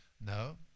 No